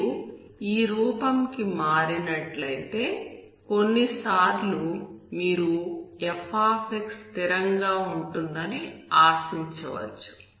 మీరు ఈ రూపం కి మారినట్లయితే కొన్నిసార్లు మీరు f స్థిరంగా ఉంటుందని ఆశించవచ్చు